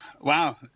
Wow